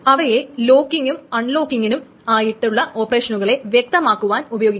അവയെ ലോക്കിങ്ങും അൺ ലോക്കിങ്ങിനും ആയിട്ടുള്ള ഓപ്പറേഷനുകളെ വ്യക്തമാക്കുവാൻ ഉപയോഗിക്കുന്നു